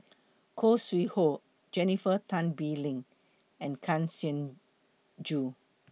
Khoo Sui Hoe Jennifer Tan Bee Leng and Kang Siong Joo